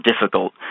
difficult